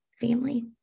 family